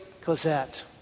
Cosette